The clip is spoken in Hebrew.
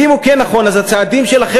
ואם הוא כן נכון אז הצעדים שלכם,